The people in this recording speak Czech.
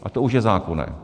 A to už je zákonné.